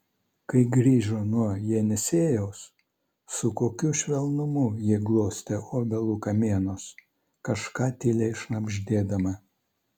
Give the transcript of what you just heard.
kai grįžo nuo jenisejaus su kokiu švelnumu ji glostė obelų kamienus kažką tyliai šnabždėdama